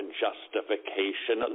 justification